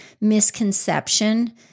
misconception